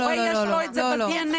להורה יש את זה ב-DNA.